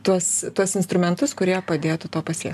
tuos tuos instrumentus kurie padėtų to pasiekt